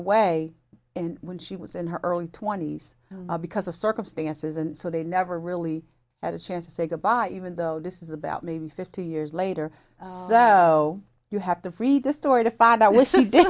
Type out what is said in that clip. away and when she was in her early twenty's because of circumstances and so they never really had a chance to say goodbye even though this is about maybe fifty years later so you have to read this story to find that